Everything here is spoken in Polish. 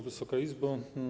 Wysoka Izbo!